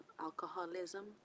Alcoholism